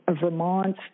Vermont